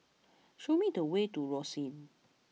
show me the way to Rosyth